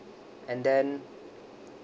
and then